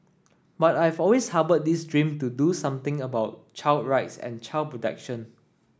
but I've always harboured this dream to do something about child rights and child protection